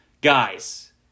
guys